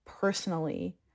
personally